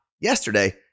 Yesterday